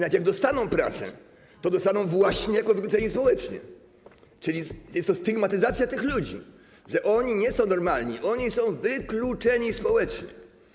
Nawet jak dostaną pracę, to dostaną ją właśnie jako wykluczeni społecznie, czyli jest to stygmatyzacja tych ludzi, że oni nie są normalni, oni są wykluczeni społecznie.